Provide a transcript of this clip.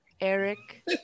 Eric